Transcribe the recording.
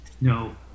No